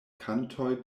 kantoj